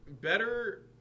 better